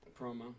Promo